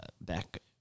back